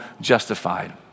justified